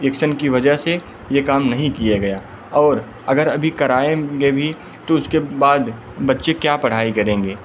election की वजह से ये काम नहीं किया गया और अगर अभी कराएंगे भी तो उसके बाद बच्चे क्या पढ़ाई करेंगे